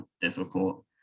difficult